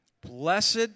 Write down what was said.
Blessed